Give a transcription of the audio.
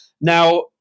Now